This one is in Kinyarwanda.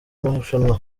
marushanwa